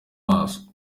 maso